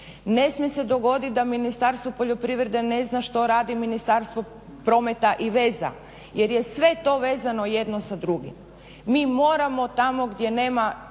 Ne smije se dogodit da Ministarstvo poljoprivrede ne zna što radi Ministarstvo prometa i veza jer je sve to vezano jedno sa drugim. Mi moramo tamo gdje nema